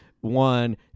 one